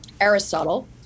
Aristotle